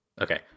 Okay